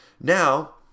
now